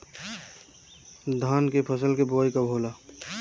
धान के फ़सल के बोआई कब होला?